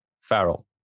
Farrell